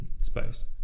space